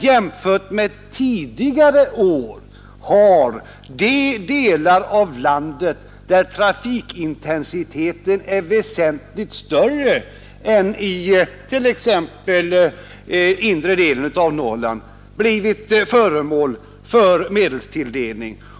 Jämfört med tidigare år har emellertid de delar av landet där trafikintensiteten är väsentligt större än i t.ex. inre delen av Norrland blivit föremål för ökad medelstilldelning.